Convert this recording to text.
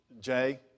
Jay